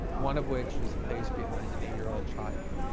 one of which is placed behind an eight-year-old child,